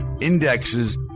indexes